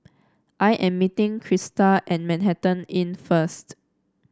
I am meeting Crysta at Manhattan Inn first